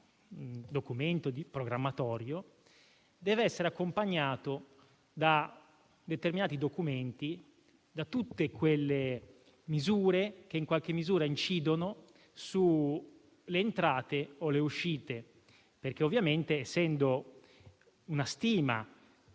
documento programmatorio deve essere accompagnato da determinati documenti e da tutte quelle misure che, in qualche modo, incidono sulle entrate o sulle uscite. Essendo, infatti, una stima